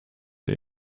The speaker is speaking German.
der